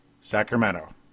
Sacramento